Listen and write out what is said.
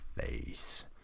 face